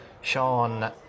Sean